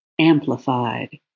amplified